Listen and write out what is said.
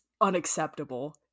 unacceptable